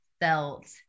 felt